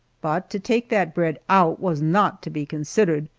but to take that bread out was not to be considered.